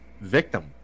victim